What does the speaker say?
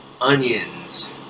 onions